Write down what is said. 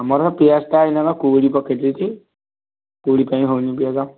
ଆମର ପିଆଜଟା ଏଇନା ବା କୁହୁଡ଼ି ପକାଇ ଦେଇଛି କୁହୁଡ଼ି ପାଇଁ ହେଉନି ପିଆଜ